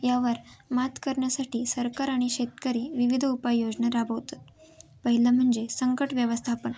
यावर मात करण्यासाठी सरकार आणि शेतकरी विविध उपाययोजना राबवतात पहिलं म्हणजे संकट व्यवस्थापन